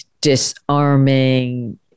disarming